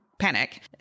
panic